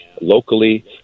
locally